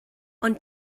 ond